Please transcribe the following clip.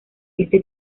este